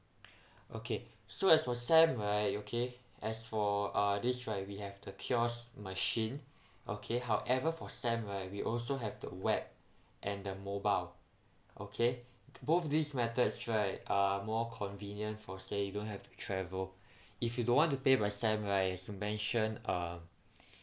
okay so as for SAM right okay as for uh this right we have the kiosk machine okay however for SAM right we also have the web and the mobile okay both these methods right are more convenient for say you don't have to be travel if you don't want to pay by SAM right mention uh